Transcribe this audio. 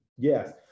Yes